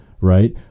right